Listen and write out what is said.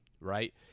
right